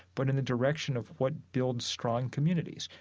but in the direction of what builds strong communities.